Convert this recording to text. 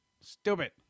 Stupid